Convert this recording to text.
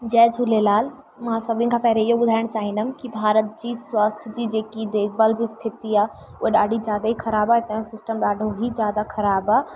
जय झूलेलाल मां सभिनि खां पहिरीं इहो ॿुधाइणु चाहींदमि की भारत जी स्वास्थ जी जेकी देखभाल जी स्थिति आहे उहा ॾाढी ज्यादा ई ख़राबु आहे हितां जो सिस्टम ॾाढो ई ज्यादा ख़राबु आहे